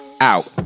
out